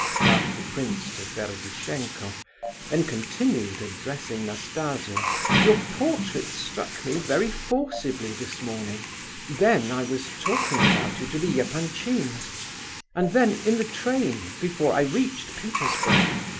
laughed the prince to ferdishenko then continued, addressing nastasia your portrait struck me very forcibly this morning then i was talking about you to the epanchins and then, in the train, before i reached petersburg,